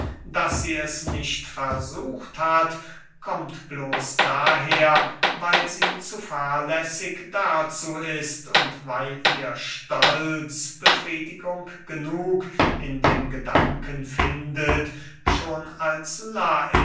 daß sie es nicht versucht hat kommt bloß daher weil sie zu fahrlässig dazu ist und weil ihr stolz befriedigung genug in dem gedanken findet schon als lais